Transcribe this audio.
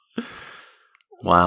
Wow